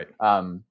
Right